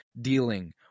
dealing